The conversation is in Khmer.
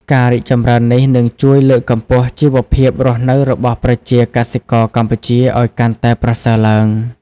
ការរីកចម្រើននេះនឹងជួយលើកកម្ពស់ជីវភាពរស់នៅរបស់ប្រជាកសិករកម្ពុជាឲ្យកាន់តែប្រសើរឡើង។